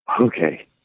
okay